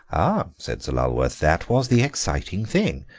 ah! said sir lulworth, that was the exciting thing.